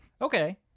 Okay